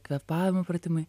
kvėpavimo pratimai